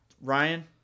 ryan